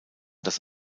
das